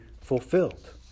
fulfilled